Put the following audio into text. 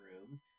room